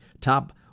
top